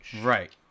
Right